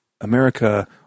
America